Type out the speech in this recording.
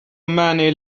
many